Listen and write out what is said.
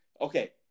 Okay